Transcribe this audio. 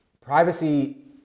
privacy